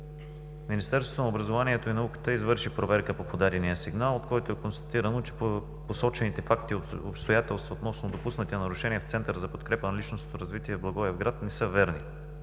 Министерството на образованието и науката извърши проверка по подадения сигнал, от който е констатирано, че посочените факти и обстоятелства относно допуснати нарушения в Центъра за подкрепа на личностното развитие в Благоевград не са верни.